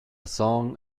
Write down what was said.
song